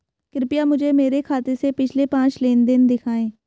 कृपया मुझे मेरे खाते से पिछले पांच लेनदेन दिखाएं